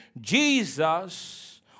Jesus